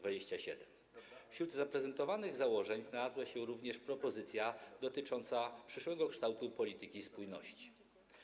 Wśród zaprezentowanych założeń znalazła się również propozycja dotycząca przyszłego kształtu polityki spójności.